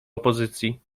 opozycji